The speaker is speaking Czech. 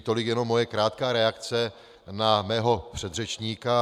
Tolik jenom moje krátká reakce na mého předřečníka.